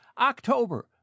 October